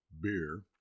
beer